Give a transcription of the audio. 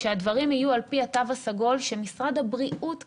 שהדברים יהיו על פי התו הסגול שמשרד הבריאות קבע,